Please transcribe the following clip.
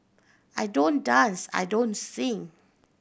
I don't dance I don't sing